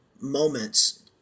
moments